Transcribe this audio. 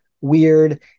weird